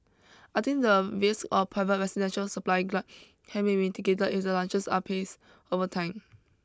I think the risk of private residential supply glut can be mitigated if the lunches are paced over time